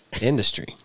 Industry